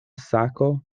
sako